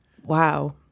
Wow